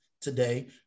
today